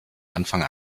anfang